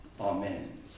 Amen